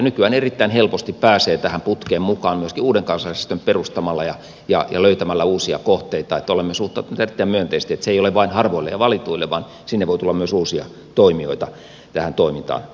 nykyään erittäin helposti pääsee tähän putkeen mukaan myöskin uuden kansalaisjärjestön perustamalla ja löytämällä uusia kohteita niin että olemme suhtautuneet erittäin myönteisesti niin että se ei ole vain harvoille ja valituille vaan sinne voi tulla myös uusia toimijoita tähän toimintaan mukaan